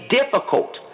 difficult